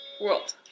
world